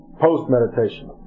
Post-meditation